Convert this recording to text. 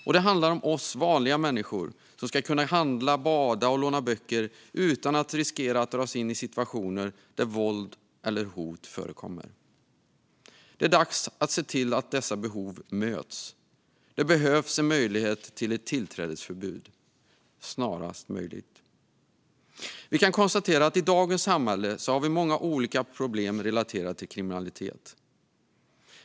Och det handlar om oss vanliga människor som ska kunna handla, bada och låna böcker utan att riskera att dras in i situationer där våld och hot förekommer. Det är dags att se till att dessa behov möts. Det behövs en möjlighet till ett tillträdesförbud snarast möjligt. Vi kan konstatera att vi i dagens samhälle har många olika problem relaterade till kriminalitet.